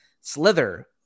Slither